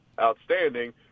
outstanding